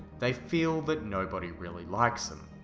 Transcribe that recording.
they feel that nobody really likes them.